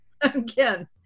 again